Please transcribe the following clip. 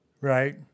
right